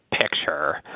picture